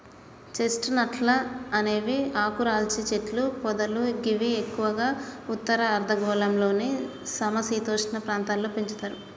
chest నట్లు అనేవి ఆకురాల్చే చెట్లు పొదలు గివి ఎక్కువగా ఉత్తర అర్ధగోళంలోని సమ శీతోష్ణ ప్రాంతాల్లో పెంచుతరు